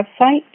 website